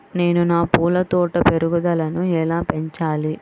నేను నా పూల తోట పెరుగుదలను ఎలా పెంచాలి?